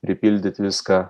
pripildyt viską